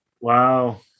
Wow